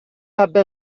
حبه